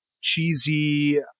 cheesy